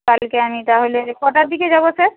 কালকে আমি তাহলে কটার দিকে যাবো স্যার